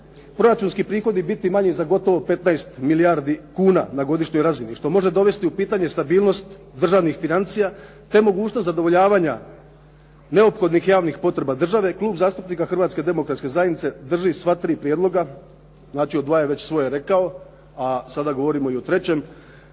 proračunski prihodi biti manji za gotovo 15 milijardi kuna na godišnjoj razini što može dovesti u pitanje stabilnost državnih financija, te mogućnost zadovoljavanja neophodnih javnih potreba države, Klub zastupnika Hrvatske demokratske zajednice drži sva tri prijedloga, znači o dva je već svoje rekao, a sada govorimo i o trećem,